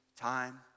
time